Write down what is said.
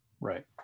Right